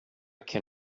can